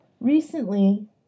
Recently